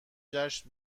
جشن